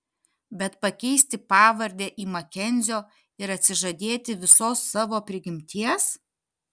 bet pakeisti pavardę į makenzio ir atsižadėti visos savo prigimties